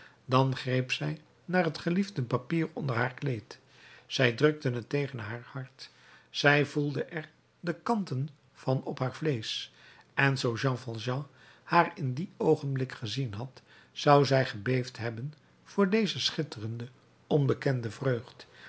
dan greep zij naar het geliefde papier onder haar kleed zij drukte het tegen haar hart zij voelde er de kanten van op haar vleesch en zoo jean valjean haar in dien oogenblik gezien had zou hij gebeefd hebben voor deze schitterende onbekende vreugd